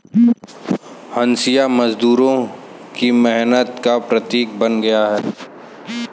हँसिया मजदूरों की मेहनत का प्रतीक बन गया है